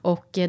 Och